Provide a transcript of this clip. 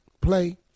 play